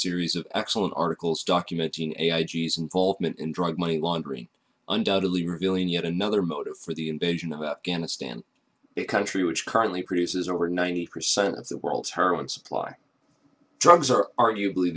series of excellent articles document hundred a i g s involvement in drug money laundering undoubtedly revealing yet another motive for the invasion of afghanistan a country which currently produces over ninety percent of the world's heroin supply drugs are arguably